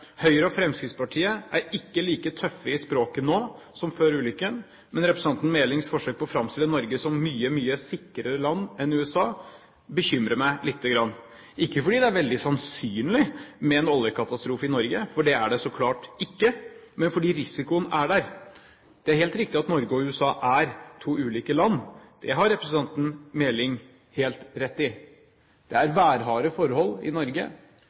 Høyre og Fremskrittspartiet er ikke like tøffe i språket nå som før ulykken. Men representanten Melings forsøk på å framstille Norge som et mye, mye sikrere land enn USA, bekymrer meg litt – ikke fordi det er veldig sannsynlig med en oljekatastrofe i Norge, for det er det så klart ikke, men fordi risikoen er der. Det er helt riktig at Norge og USA er to ulike land. Det har representanten Meling helt rett i. Det er værharde forhold i Norge,